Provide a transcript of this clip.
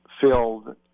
filled